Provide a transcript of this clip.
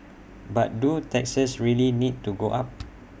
but do taxes really need to go up